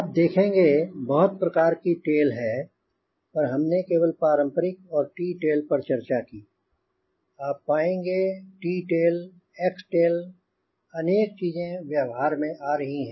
आप पाएंगे टी टेल एक्स टेल अनेक चीजें व्यवहार में आ रही हैं